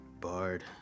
Bard